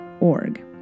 org